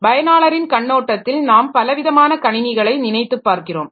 பயனாளரின் கண்ணோட்டத்தில் நாம் பலவிதமான கணினிகளை நினைத்துப் பார்க்கிறோம்